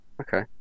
okay